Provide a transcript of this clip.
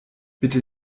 bitte